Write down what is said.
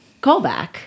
callback